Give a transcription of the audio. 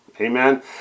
amen